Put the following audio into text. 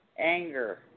anger